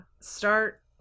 start